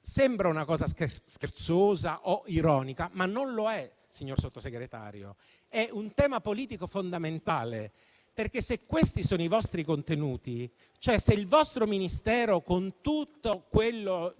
sembra una cosa scherzosa o ironica non lo è. Signor Sottosegretario, questo è un tema politico fondamentale. Perché se questi sono i vostri contenuti, se il vostro Ministero, con tutto quello